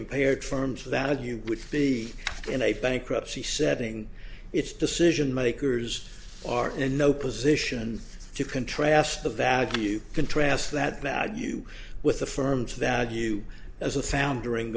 impaired firms that would you would be in a bankruptcy setting its decision makers are in no position to contrast the value contrasts that value with the firm's value as a foundering